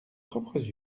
propres